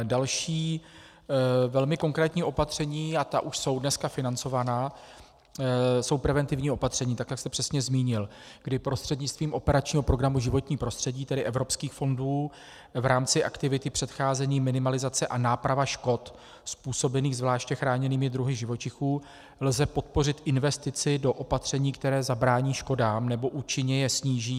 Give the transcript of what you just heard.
Další velmi konkrétní opatření, a ta už jsou dnes financována, jsou preventivní opatření, tak jak jste přesně zmínil, kdy prostřednictvím operačního programu Životní prostředí, tedy evropských fondů, v rámci aktivity předcházení, minimalizace a náprava škod způsobených zvláště chráněnými druhy živočichů lze podpořit investici do opatření, která zabrání škodám nebo účinně je sníží.